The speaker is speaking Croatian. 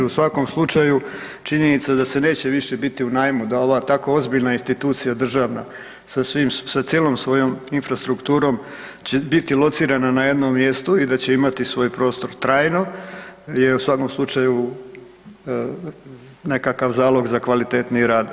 U svakom slučaju, činjenica da se neće više biti u najmu, da ova, tako ozbiljna institucijama državna sa svim, sa cijelom svojom infrastrukturom će biti locirana na jednom mjestu i da će imati svoj prostor trajno jer u svakom slučaju nekakav zalog za kvalitetniji rad.